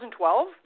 2012